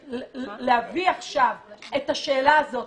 שלהביא עכשיו את השאלה הזאת